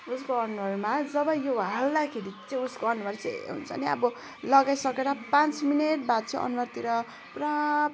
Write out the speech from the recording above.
उसको अनुहारमा जब यो हाल्दाखेरि चाहिँ उसको अनुहार चाहिँ हुन्छ नि अब लगाइसकेर पाँच मिनेट बाद चाहिँ अनुहारतिर पुरा फोका